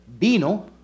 Vino